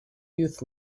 youth